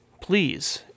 please